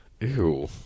Ew